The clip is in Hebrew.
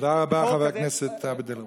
תודה רבה, חבר הכנסת עבד אל חכים.